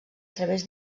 través